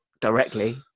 directly